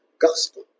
gospel